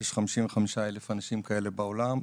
יש 55,000 אנשים כאלה בעולם.